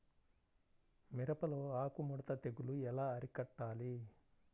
మిరపలో ఆకు ముడత తెగులు ఎలా అరికట్టాలి?